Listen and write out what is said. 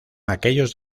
aquellos